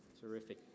Terrific